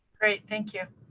great, thank you.